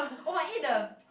oh I eat the